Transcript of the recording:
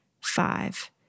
Five